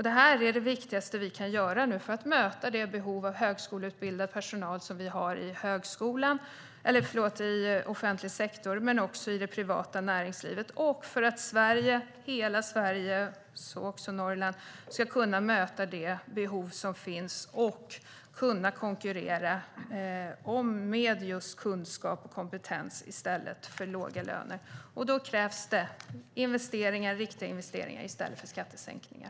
Det här är det viktigaste vi nu kan göra för att möta det behov av högskoleutbildad personal som vi har i offentlig sektor och i det privata näringslivet och för att Sverige, hela Sverige, så också Norrland, ska kunna möta det behov som finns och kunna konkurrera med just kunskap och kompetens i stället för låga löner. Då krävs det investeringar, riktiga investeringar, i stället för skattesänkningar.